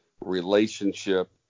relationship